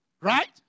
right